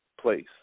place